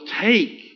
take